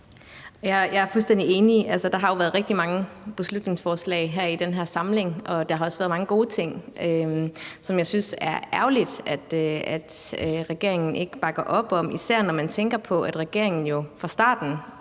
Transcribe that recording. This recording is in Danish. Jeg er fuldstændig enig. Der har jo været rigtig mange beslutningsforslag her i den her samling, og der har også været mange gode ting, som jeg synes det er ærgerligt at regeringen ikke bakker op om, især når man tænker på, at regeringen jo fra starten